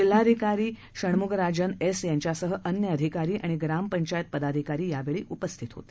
जिल्हाधिकारी षण्मगराजन एस यांच्यासह अन्य अधिकारी आणि ग्रामपंचायत पदाधिकारी यावेळी उपस्थित होते